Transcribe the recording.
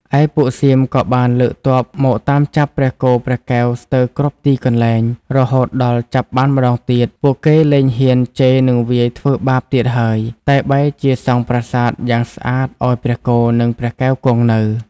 ឯពួកសៀមក៏បានលើកទ័ពមកតាមចាប់ព្រះគោព្រះកែវស្ទើរគ្រប់ទីកន្លែង រហូតដល់ចាប់បានម្ដងទៀត ពួកគេលែងហ៊ានជេរនិងវាយធ្វើបាបទៀតហើយ តែបែរជាសង់ប្រាសាទយ៉ាងស្អាតឲ្យព្រះគោនិងព្រះកែវគង់នៅ។